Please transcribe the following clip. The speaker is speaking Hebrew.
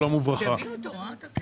שלום וברכה.